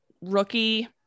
rookie